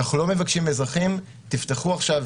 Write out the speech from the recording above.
אנחנו לא מבקשים מאזרחים: תפתחו עכשיו